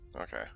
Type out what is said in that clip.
Okay